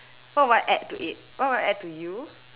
what would I add to it what would I add to you